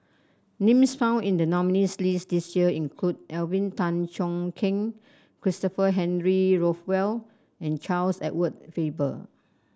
names found in the nominees' list this year include Alvin Tan Cheong Kheng Christopher Henry Rothwell and Charles Edward Faber